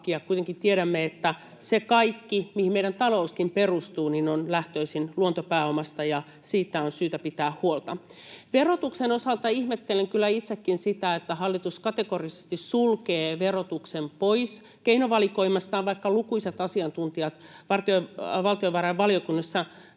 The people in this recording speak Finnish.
Kuitenkin tiedämme, että se kaikki, mihin meidän talouskin perustuu, on lähtöisin luontopääomasta ja siitä on syytä pitää huolta. Verotuksen osalta ihmettelen kyllä itsekin sitä, että hallitus kategorisesti sulkee verotuksen pois keinovalikoimastaan, vaikka lukuisat asiantuntijat valtiovarainvaliokunnassa